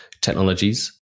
technologies